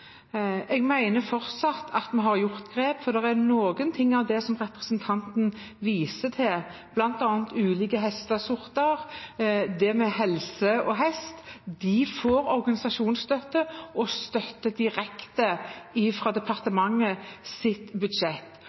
Jeg mener fortsatt at vi har tatt grep, for noe av det representanten viser til, bl.a. ulike hestesorter og Helse og Hest, får organisasjonsstøtte og støtte direkte fra departementets budsjett.